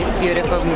beautiful